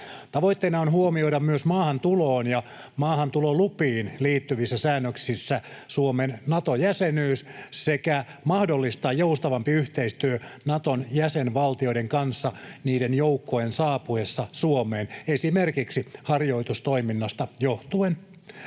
Tavoitteena on huomioida myös maahantuloon ja maahantulolupiin liittyvissä säännöksissä Suomen Nato-jäsenyys sekä mahdollistaa joustavampi yhteistyö Naton jäsenvaltioiden kanssa niiden joukkojen saapuessa Suomeen esimerkiksi harjoitustoiminnasta johtuen.